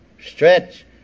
Stretch